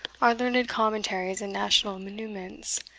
our learned commentaries, and national muniments,